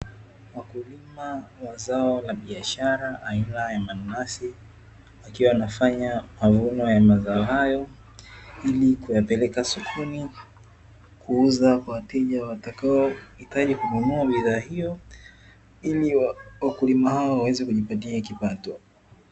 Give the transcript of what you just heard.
Wakulima wa zao la biashara, aina ya mananasi wakiwa wanafanya mavuno ya mazao hayo ili kuyapeleka sokoni kuuza kwa wateja watakaohitaji kununua bidhaa hiyo, ili wakulima hao waweze kujipatia kipato.